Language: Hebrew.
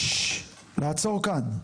לעצור כאן.